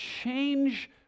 change